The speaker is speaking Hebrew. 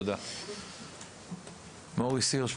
מוריס הירש,